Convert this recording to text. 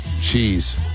cheese